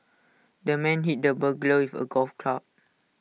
the man hit the burglar with A golf club